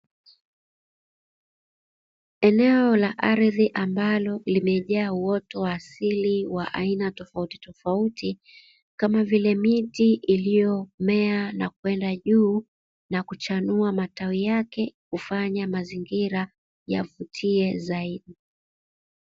Eneo la ardhi ambalo limejaa uoto wa asili wa aina tofautitofauti kama vile miti, iliyomea na kwenda juu na kuchanua matawi yake kufanya mazingira yavutie zaidi.